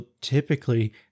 typically